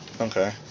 Okay